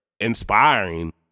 inspiring